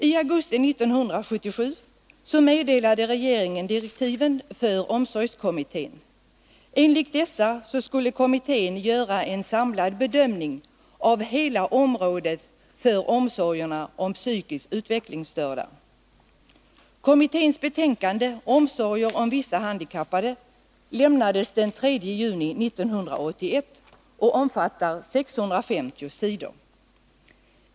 I augusti 1977 meddelade regeringen direktiven för omsorgskommittén. Enligt dessa skulle kommittén göra en samlad bedömning av hela området för omsorgerna om psykiskt utvecklingsstörda. Kommitténs betänkande Omsorger om vissa handikappade lämnades den 3 juni 1981 och omfattar 650 sidor.